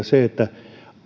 se että